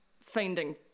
finding